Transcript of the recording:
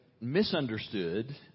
misunderstood